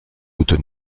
yacht